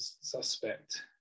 suspect